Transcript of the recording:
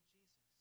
Jesus